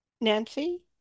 Nancy